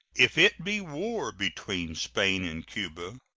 if it be war between spain and cuba,